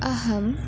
अहम्